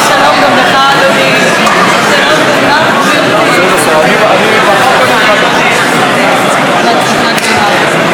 תוכן העניינים דברי יושב-ראש הכנסת בפתיחת המושב החמישי של הכנסת